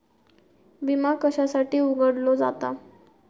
विमा कशासाठी उघडलो जाता?